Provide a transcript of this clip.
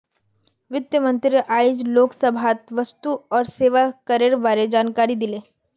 वित्त मंत्री आइज लोकसभात वस्तु और सेवा करेर बारे जानकारी दिले